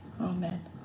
Amen